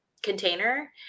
container